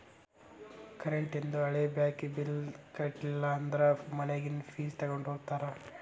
ಕರೆಂಟೇಂದು ಹಳೆ ಬಾಕಿ ಬಿಲ್ಸ್ ಕಟ್ಟಲಿಲ್ಲ ಅಂದ್ರ ಮನ್ಯಾಗಿನ್ ಫ್ಯೂಸ್ ತೊಕ್ಕೊಂಡ್ ಹೋಗ್ತಾರಾ